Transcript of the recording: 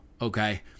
okay